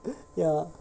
ya